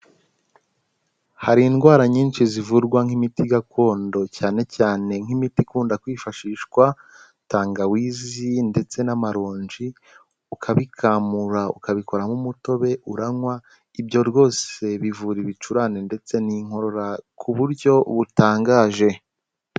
Hari indwara nyinshi zivurwa nk'imiti gakondo, cyane cyane nk'imiti ikunda kwifashishwa, tangawizi, ndetse n'amaronji, ukabikamura ukabikora nk'umutobe, uranywa, ibyo rwose bivura ibicurane ndetse n'inkorora ku buryo butangaje.